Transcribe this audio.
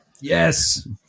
Yes